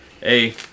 hey